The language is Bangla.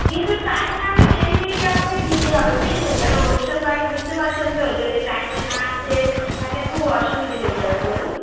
কিন্তু টাইমে আপনি ডেলিভারিটা আমাকে দিতে হবে বুঝেছেন কেন অনুষ্ঠান বাড়ি বুঝতে পারছেন তো যদি টাইমে না আসে তাহলে খুব অসুবিধে হয়ে যাবে বলুন